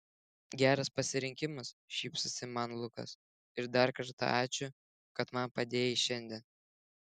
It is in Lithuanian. geras pasirinkimas šypsosi man lukas ir dar kartą ačiū kad man padėjai šiandien